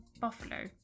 Buffalo